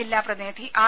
ജില്ലാ പ്രതിനിധി ആർ